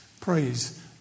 Praise